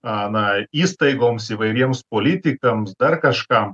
a nai įstaigoms įvairiems politikams dar kažkam